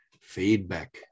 Feedback